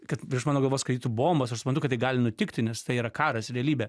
kad virš mano galvos skraidytų bombos aš suprantu kad tai gali nutikti nes tai yra karas realybė